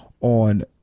on